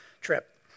trip